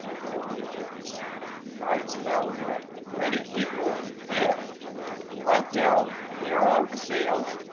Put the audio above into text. borders. all right, so now we're going to ready? equals if left arrow. there are the sales,